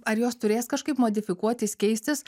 ar jos turės kažkaip modifikuotis keistis